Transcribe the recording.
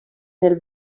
nel